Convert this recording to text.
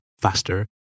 faster